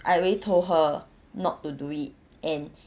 I already told her not to do it and